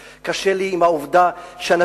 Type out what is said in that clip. קשה לי עם העובדה ששר החוץ הוא שר החוץ,